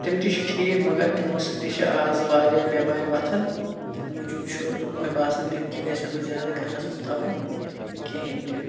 تِم تہِ چھِ ٹھیٖک مَگر تِمو سۭتۍ تہِ چھِ آز واریاہ بیمارِ وۄتھان تَمہِ موٗجوٗب چھُ مےٚ باسان تِم چیٖز گژھن نہٕ زیادٕ گرس منٛز تھاوٕنۍ کِہینۍ تہِ